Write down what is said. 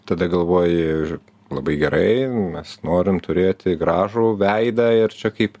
tada galvoji labai gerai mes norim turėti gražų veidą ir čia kaip